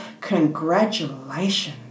congratulations